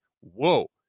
whoa